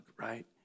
right